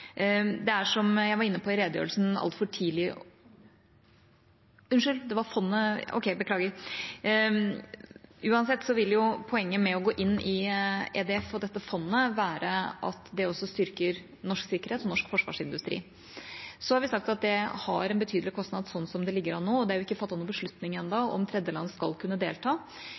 europeisk sikkerhet. Som jeg var inne på i redegjørelsen, er det altfor tidlig å Fondet. Unnskyld, det var fondet. Beklager. Uansett vil poenget med å gå inn i EDF, dette fondet, være at det også styrker norsk sikkerhet og norsk forsvarsindustri. Så har vi sagt at det har en betydelig kostnad sånn som det ligger an nå, og det er ennå ikke fattet noen beslutning om tredjeland skal kunne delta.